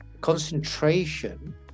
concentration